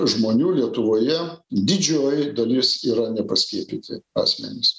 žmonių lietuvoje didžioji dalis yra nepaskiepyti asmenys